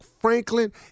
Franklin